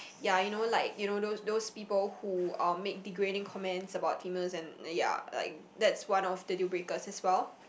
ya you know like you know those those people who um make degrading comment about female and ya like that's one of the deal breakers as well